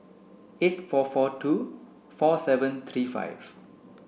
eight four four two four seven three five